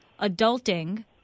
adulting